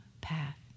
path